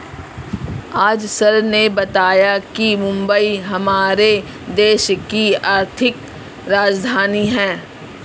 आज सर ने बताया कि मुंबई हमारे देश की आर्थिक राजधानी है